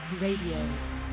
Radio